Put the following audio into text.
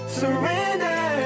surrender